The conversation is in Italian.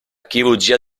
chirurgia